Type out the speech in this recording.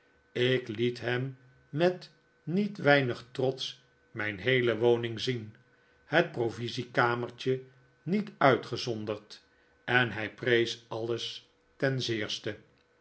ik liet hem met niet weinig trots mijn heele woning zien het provisiekamertje niet uitgezonderd en hij prees alles ten zeerste